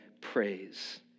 praise